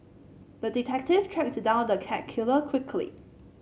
the detective tracked down the cat killer quickly